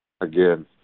again